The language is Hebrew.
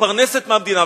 מתפרנסת מהמדינה,